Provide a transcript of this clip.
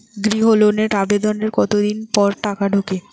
গৃহ লোনের আবেদনের কতদিন পর টাকা ঢোকে?